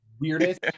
weirdest